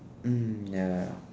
mm ya